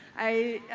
i,